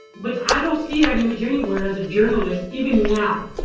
but i don't see that image anywhere as a journalist, even now.